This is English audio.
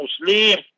Muslim